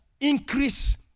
increase